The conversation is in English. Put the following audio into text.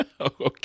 Okay